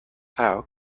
how